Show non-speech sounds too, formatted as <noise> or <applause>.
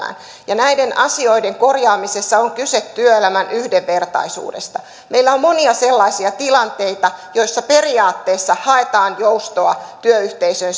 työelämään näiden asioiden korjaamisessa on kyse työelämän yhdenvertaisuudesta meillä on monia sellaisia tilanteita joissa periaatteessa haetaan joustoa työyhteisön <unintelligible>